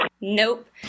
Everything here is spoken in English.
Nope